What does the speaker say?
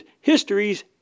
Histories